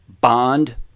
bond